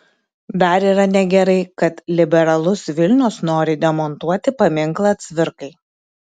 dar yra negerai kad liberalus vilnius nori demontuoti paminklą cvirkai